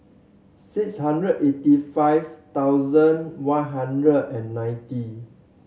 six hundred eighty five thousand one hundred and ninety